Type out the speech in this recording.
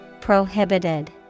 Prohibited